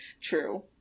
true